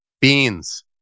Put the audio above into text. beans